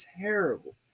terrible